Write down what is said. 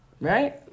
right